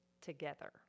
together